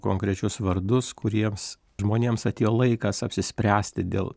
konkrečius vardus kuriems žmonėms atėjo laikas apsispręsti dėl